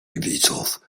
widzów